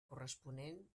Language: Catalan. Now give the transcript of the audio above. corresponent